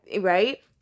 right